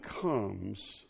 comes